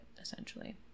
essentially